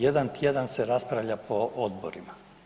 Jedan tjedan se raspravlja po odborima.